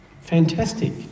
fantastic